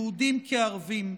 יהודים כערבים.